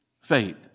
faith